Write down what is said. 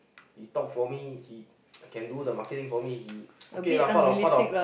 he talk for me he can do the marketing for me he okay lah part of part of